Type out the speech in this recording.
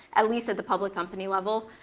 at least at the public company level.